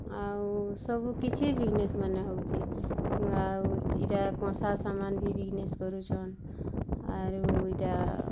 ଆଉ ସବୁ କିଛି ବିଜିନେସ୍ମାନେ ହେଉଛି ଆଉ ଇଟା କଂସା ସାମାନ୍ ବି ବିଜିନେସ୍ କରୁଛନ୍ ଆରୁ ଇଟା